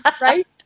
right